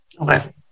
okay